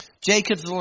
Jacob's